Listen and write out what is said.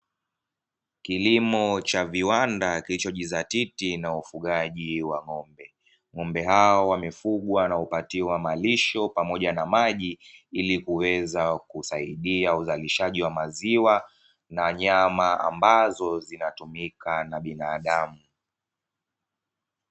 Kilimo cha viwanda kilichojizatiti na ufugaji wa ng'ombe, Ng'ombe hao wamefugwa na kupatiwa malisho pamoja na maji ili kuweza kusaidia uzalishaji wa maziwa na nyama ambazo zinatumika na binadamu.